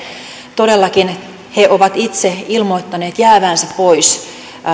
todellakin he ovat itse ilmoittaneet jäävänsä pois